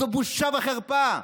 זו בושה וחרפה.